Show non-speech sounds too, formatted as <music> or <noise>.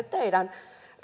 <unintelligible> teidän